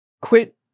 quit